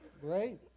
Great